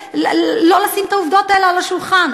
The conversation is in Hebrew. לא לשים את העובדות האלה על השולחן.